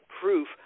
proof